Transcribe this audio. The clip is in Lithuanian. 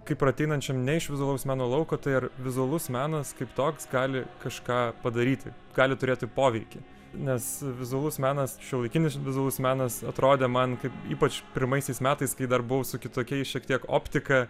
kaip ir ateinančiam ne iš vizualaus meno lauko tai ar vizualus menas kaip toks gali kažką padaryti gali turėti poveikį nes vizualus menas šiuolaikinis vizualus menas atrodė man kaip ypač pirmaisiais metais kai dar buvau su kitokiais šiek tiek optika